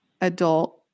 adult